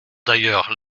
d’ailleurs